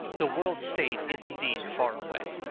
the world state is indeed far away.